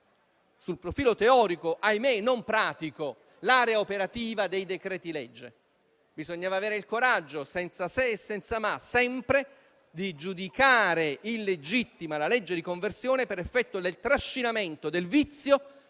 sul profilo teorico - ahimè, non pratico - l'area operativa dei decreti-legge. Bisognava avere il coraggio, senza se e senza ma, sempre, di giudicare illegittima la legge di conversione per effetto del trascinamento del vizio